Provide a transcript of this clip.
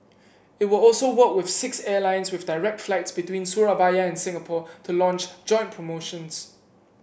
it will also work with six airlines with direct flights between Surabaya and Singapore to launch joint promotions